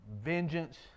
vengeance